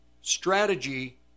strategy